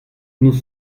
nous